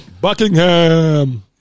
Buckingham